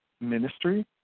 ministry